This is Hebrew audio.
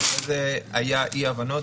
שאחר כך היו אי-הבנות,